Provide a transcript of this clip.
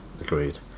Agreed